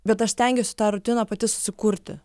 bet aš stengiuosi tą rutiną pati susikurti